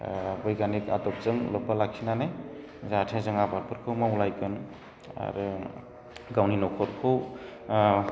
बैग्यानिक आदबजों लोब्बा लाखिनानै जाहाथे जों आबादफोरखौ मावलायगोन आरो गावनि न'खरखौ